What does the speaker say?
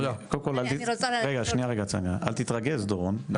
אל תתרגז דורון.